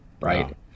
right